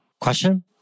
Question